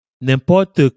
n'importe